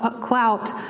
clout